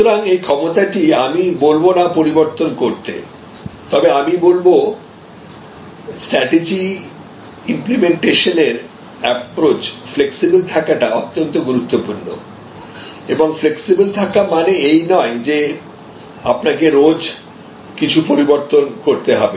সুতরাং এই ক্ষমতাটি আমি বলবো না পরিবর্তন করতে তবে আমি বলবো স্ট্র্যাটেজি ইম্প্লেমেন্টেশনের অ্যাপ্রচ ফ্লেক্সিবেল থাকাটা অত্যন্ত গুরুত্বপূর্ণ এবং ফ্লেক্সিবেল থাকা মানে এই নয় যে আপনাকে রোজ কিছু পরিবর্তন করতে হবে